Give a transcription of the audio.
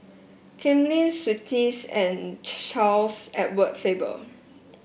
Ken Lim Twisstii and Charles Edward Faber